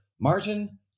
Martin